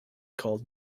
called